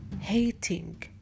hating